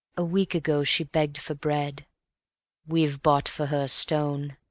a week ago she begged for bread we've bought for her a stone,